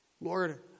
Lord